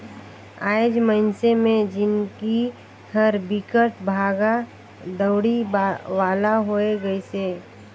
आएज मइनसे मे जिनगी हर बिकट भागा दउड़ी वाला होये गइसे